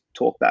talkback